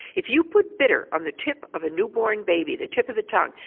if you put bitter on the tip of a newborn baby, the tip of the tongue,